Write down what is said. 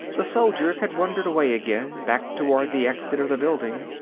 the soldiers had wandered away again, back toward the exit of the building.